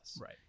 Right